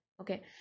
Okay